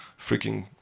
freaking